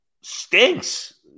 stinks